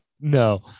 No